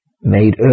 Made